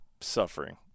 suffering